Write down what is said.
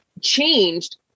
changed